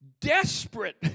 desperate